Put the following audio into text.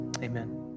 Amen